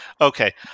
Okay